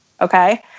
Okay